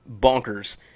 bonkers